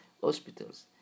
hospitals